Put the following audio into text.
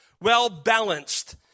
well-balanced